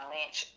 Lynch